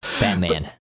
Batman